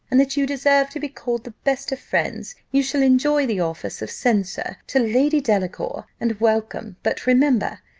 and that you deserve to be called the best of friends you shall enjoy the office of censor to lady delacour, and welcome but remember,